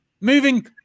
Moving